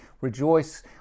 rejoice